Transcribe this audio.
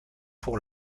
pour